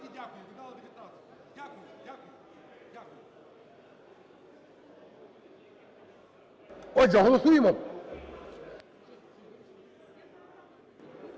Дякую!